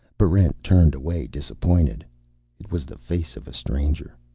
barrent turned away disappointed it was the face of a stranger.